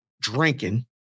drinking